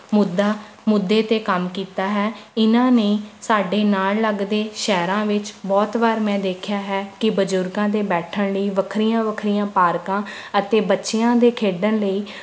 ਮੁੱਦਾ ਮੁੱਦੇ ਤੇ ਕੰਮ ਕੀਤਾ ਹੈ ਇਨ੍ਹਾਂ ਨੇ ਸਾਡੇ ਨਾਲ ਲੱਗਦੇ ਸ਼ਹਿਰਾਂ ਵਿੱਚ ਬਹੁਤ ਵਾਰ ਮੈਂ ਦੇਖਿਆ ਹੈ ਕਿ ਬਜ਼ੁਰਗਾਂ ਦੇ ਬੈਠਣ ਲਈ ਵੱਖਰੀਆਂ ਵੱਖਰੀਆਂ ਪਾਰਕਾਂ ਅਤੇ ਬੱਚਿਆਂ ਦੇ ਖੇਡਣ ਲਈ